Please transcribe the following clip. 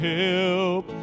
help